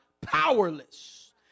powerless